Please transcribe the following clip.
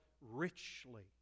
richly